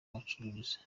gucuruza